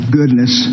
goodness